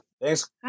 Thanks